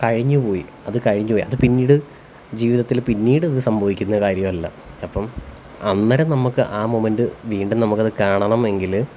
കഴിഞ്ഞുപോയി അത് കഴിഞ്ഞുപോയി അത് പിന്നീട് ജീവിതത്തില് പിന്നീടത് സംഭവിക്കുന്ന കാര്യമല്ല അപ്പം അന്നരം നമുക്ക് ആ മൊമെന്റ് വീണ്ടും നമുക്കത് കാണണം എങ്കില്